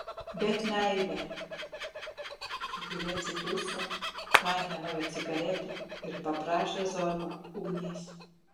bet meilė ji giliai atsiduso paėmė naują cigaretę ir paprašė zorbą ugnies